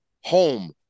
home